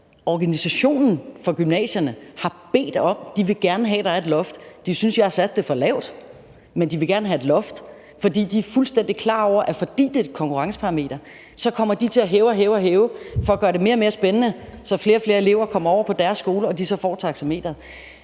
organisationen for gymnasierne, har sagt, at de gerne vil have, at der er et loft. De synes, jeg har sat det for lavt, men de vil gerne have et loft. For de er fuldstændig klar over, at de, fordi det er et konkurrenceparameter, kommer til at hæve og hæve det for at gøre det mere og mere spændende, så flere og flere elever kommer over på deres skole og de så får taxameteret.